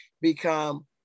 become